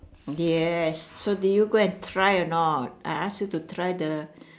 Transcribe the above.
yes so did you go and try a not I ask you to try the